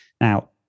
Now